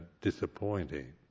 disappointing